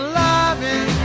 loving